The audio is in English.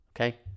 okay